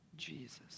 Jesus